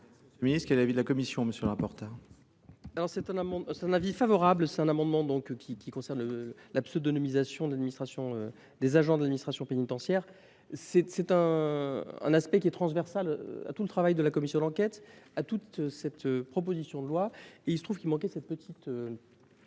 prisons. Le ministre, quel est l'avis de la Commission, M. L'Importer ? C'est un avis favorable, c'est un amendement qui concerne la pseudonymisation des agents de l'administration pénitentiaire. C'est un aspect qui est transversal à tout le travail de la Commission d'enquête, à toute cette proposition de loi. Et il se trouve qu'il manquait cette petite